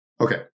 Okay